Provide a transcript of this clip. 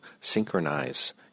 synchronize